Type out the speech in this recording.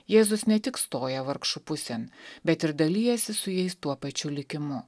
jėzus ne tik stoja vargšų pusėn bet ir dalijasi su jais tuo pačiu likimu